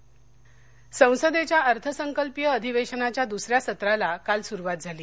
संसद संसदेच्या अर्थसंकल्पीय अधिवेशनाच्या दुसऱ्या सत्राला काल सुरुवात झाली